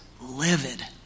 livid